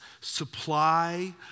supply